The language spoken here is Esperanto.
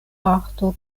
arto